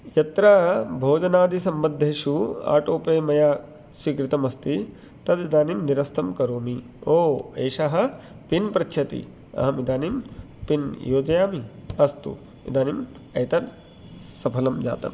यत्र भोजनादिसम्बद्धेषु auto pay मया स्वीकृतमस्ति तद् इदानीं निरस्तं करोमि एषः पिन् पृच्छति अहम् इदानीं पिन् योजयामि अस्तु इदानीम् एतत् सफलं जातम्